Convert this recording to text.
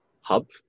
hub